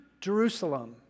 Jerusalem